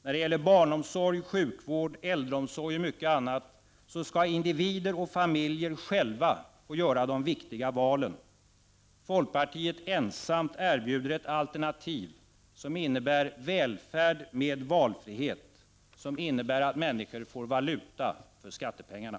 När det gäller barnomsorg, sjukvård, äldreomsorg och mycket annat skall individer och familjer själva få göra de viktiga valen. Folkpartiet ensamt erbjuder ett alternativ som innebär välfärd med valfrihet, som innebär att människor får valuta för skattepengarna.